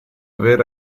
vera